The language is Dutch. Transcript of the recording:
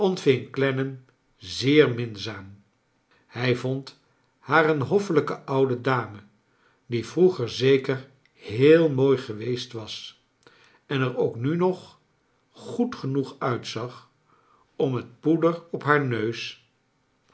clennam zeer minzaam hij vond haar een hoffelijke oude dame die vroeger zeker heel mooi geweest was en er ook nu nog goed genoeg uit zag om het poeder op haar neus